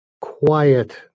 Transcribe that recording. quiet